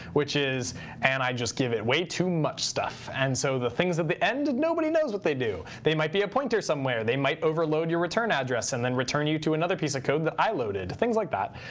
which is and i just give it way too much stuff. and so the things at the end, nobody knows what they do. they might be a pointer somewhere. they might overload your return address and then return you to another piece of code that i loaded. things like that.